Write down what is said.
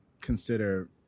consider